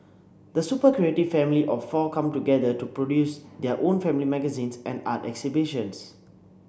the super creative family of four come together to produce their own family magazines and art exhibitions